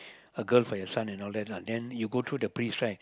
a girl for your son and all that then you go through the priest right